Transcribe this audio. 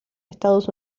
estados